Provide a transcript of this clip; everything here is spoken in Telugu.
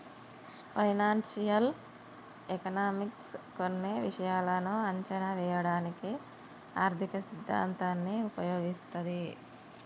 ఫైనాన్షియల్ ఎకనామిక్స్ కొన్ని విషయాలను అంచనా వేయడానికి ఆర్థిక సిద్ధాంతాన్ని ఉపయోగిస్తది